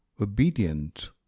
obedient